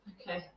Okay